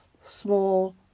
small